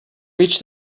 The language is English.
reached